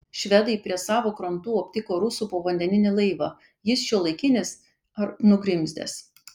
švedai prie savo krantų aptiko rusų povandeninį laivą jis šiuolaikinis ar nugrimzdęs